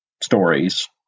stories